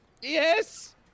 Yes